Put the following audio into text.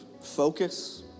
focus